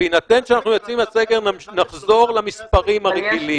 בהינתן שאנחנו יוצאים מהסגר נחזור למספרים הרגילים,